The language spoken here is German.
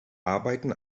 arbeiten